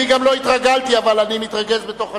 אני גם לא התרגלתי, אבל אני מתרגז בתוך עצמי.